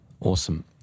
Awesome